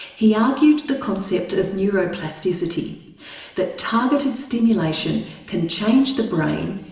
he argued the concept of neuroplasticity that targeted stimulation can change the brain,